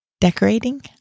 Decorating